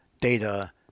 data